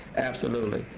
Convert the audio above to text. absolutely,